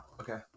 Okay